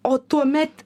o tuomet